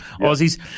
Aussies